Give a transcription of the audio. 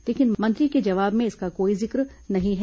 लेकिन मंत्री के जवाब में इसका कोई जिक्र नहीं है